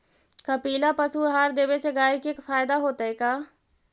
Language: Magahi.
कपिला पशु आहार देवे से गाय के फायदा होतै का?